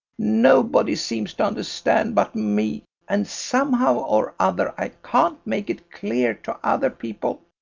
nobody seems to understand but me, and somehow or other i can't make it clear to other people.